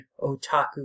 otaku